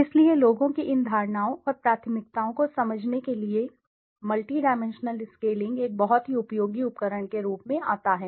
इसलिए लोगों की इन धारणाओं और प्राथमिकताओं को समझने के लिए मल्टी डायमेंशनल स्केलिंग एक बहुत ही उपयोगी उपकरण के रूप में आता है